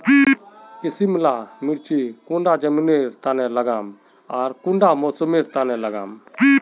किसम ला मिर्चन कौन जमीन लात्तिर लगाम आर कुंटा मौसम लात्तिर लगाम?